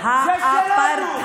האפרטהייד.